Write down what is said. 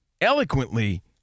eloquently